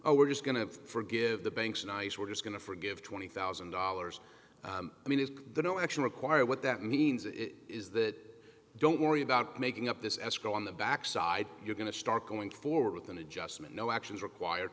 oh we're just going to forgive the banks nice we're just going to forgive twenty thousand dollars i mean is there no action required what that means is that don't worry about making up this escrow on the back side you're going to start going forward with an adjustment no action is required